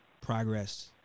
progress